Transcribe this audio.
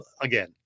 again